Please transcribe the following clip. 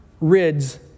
rids